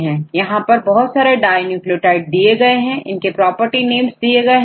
यहां बहुत सारे डाई न्यूक्लियोटाइड दिए गए हैं इनके प्रॉपर्टी नेम्स दिए गए हैं